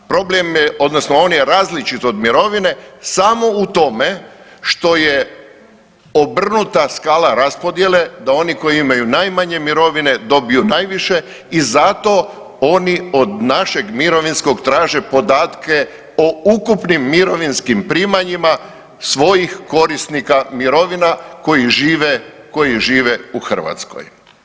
Problem je odnosno on je različit od mirovine samo u tome što je obrnuta skala raspodjele da oni koji imaju najmanje mirovine dobiju najviše i zato oni od našeg mirovinskog traže podatke o ukupnim mirovinskim primanjima svojih korisnika mirovina koji žive, koji žive u Hrvatskoj.